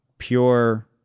Pure